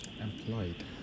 Employed